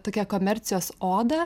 tokia komercijos oda